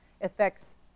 affects